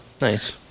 Nice